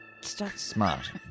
Smart